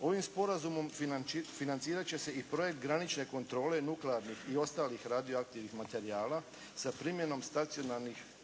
Ovim sporazumom financirat će se i projekt granične kontrole nuklearnih i ostalih radioaktivnih materijala sa primjenom stacionarnih portalnih